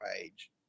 page